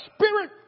Spirit